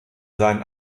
seinen